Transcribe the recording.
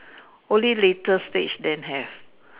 only later stage then have